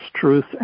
truth